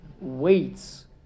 weights